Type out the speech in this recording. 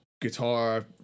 guitar